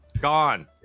Gone